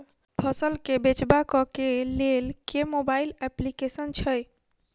फसल केँ बेचबाक केँ लेल केँ मोबाइल अप्लिकेशन छैय?